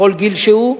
בכל גיל שהוא,